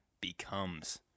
becomes